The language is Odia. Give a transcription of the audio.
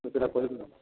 ହଁ ସେଟା କହିବି